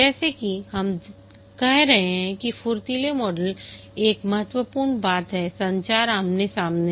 जैसा कि हम कह रहे हैं कि फुर्तीली मॉडल एक महत्वपूर्ण बात है संचार आमने सामने है